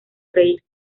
freír